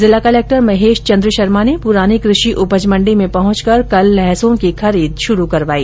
जिला कलेक्टर महेश चंद्र शर्मा ने पुरानी क्र षि उपज मण्डी में पहंचकर कल लहसुन की खरीद शुरू करवाई